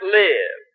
live